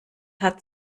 hat